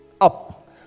up